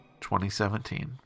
2017